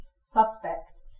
suspect